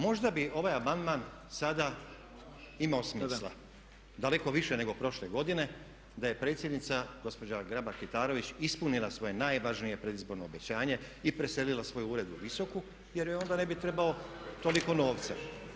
Možda bi ovaj amandman sada imao smisla daleko više nego prošle godine da je predsjednica gospođa Grabar Kitarović ispunila svoje najvažnije predizborno obećanje i preselila svoj ured u Visoku jer joj onda ne bi trebalo toliko novca.